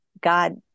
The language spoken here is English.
God